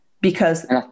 because-